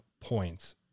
points